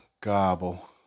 gobble